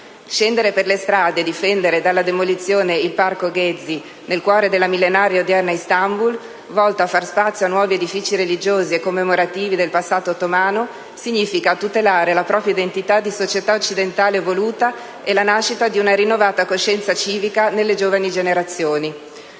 Scendere per le strade e difendere dalla demolizione il parco Gezi nel cuore della millenaria odierna Istanbul, volta a far spazio a nuovi edifici religiosi e commemorativi dei passato ottomano, significa tutelare la propria identità di società occidentale evoluta e la nascita di una rinnovata coscienza civica nelle giovani generazioni.